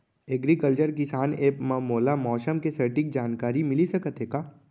Agriculture किसान app मा मोला मौसम के सटीक जानकारी मिलिस सकत हे का?